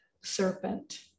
serpent